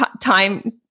time